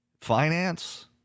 finance